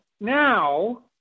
Now